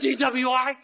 DWI